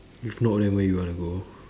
if not then where you want to go